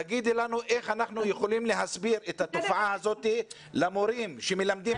תגיד לנו איך אנחנו יכולים להסביר את התופעה הזאת למורים שמלמדים